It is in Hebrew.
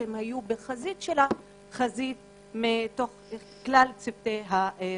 כך שהיו בחזית של החזית מתוך כלל צוותי הרפואה.